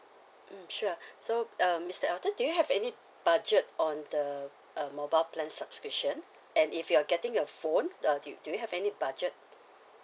mm sure so uh mister elton do you have any budget on the uh mobile plan subscription and if you are getting a phone uh do you do you have any budget